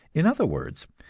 in other words,